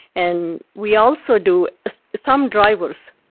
and we also do some drivers,